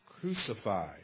crucified